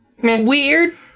Weird